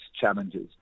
challenges